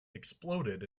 exploded